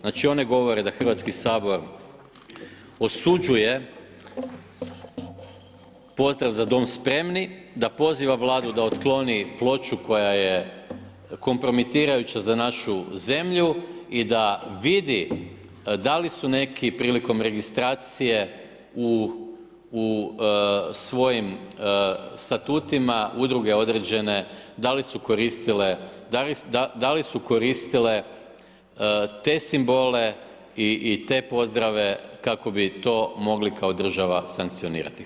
Znači one govore da Hrvatski sabor osuđuje pozdrav „Za Dom spremni“, da poziva Vladu da otkloni ploču koja je kompromitirajuća za našu zemlju i da vidi da li su neki prilikom registracije u svojim statutima udruge određene, da li su koristile te simbole i te pozdrave kako bi to mogli kao država sankcionirati.